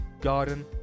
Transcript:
garden